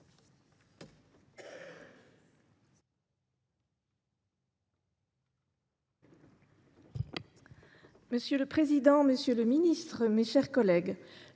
Monsieur le président, monsieur le ministre, mes chers collègues,